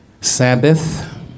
Sabbath